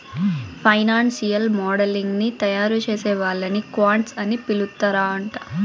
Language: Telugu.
ఫైనాన్సియల్ మోడలింగ్ ని తయారుచేసే వాళ్ళని క్వాంట్స్ అని పిలుత్తరాంట